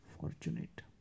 fortunate